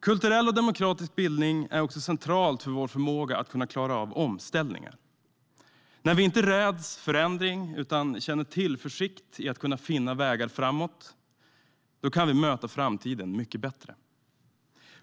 Kulturell och demokratisk bildning är också centralt för vår förmåga att klara av omställningar. När vi inte räds förändring utan känner tillförsikt i att kunna finna vägar framåt kan vi möta framtiden mycket bättre.